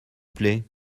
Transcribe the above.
plait